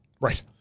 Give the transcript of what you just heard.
Right